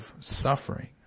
suffering